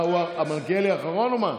מלכיאלי אחרון או מה?